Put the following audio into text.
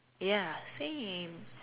ya same